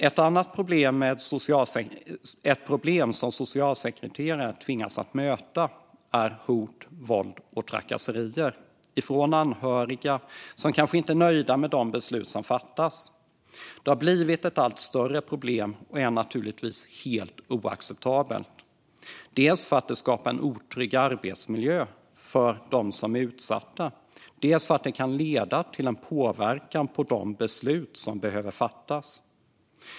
Ett problem som socialsekreterare tvingas möta är hot, våld och trakasserier från anhöriga som kanske inte är nöjda med de beslut som fattas. Det har blivit ett allt större problem och är naturligtvis helt oacceptabelt, dels för att det skapar en otrygg arbetsmiljö för dem som är utsatta, dels för att det kan leda till en påverkan på de beslut som behöver fattas.